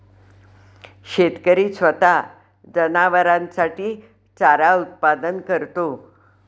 शेतकरी स्वतः जनावरांसाठी चारा उत्पादन करतो